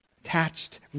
Attached